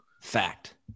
fact